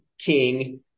king